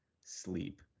sleep